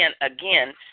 again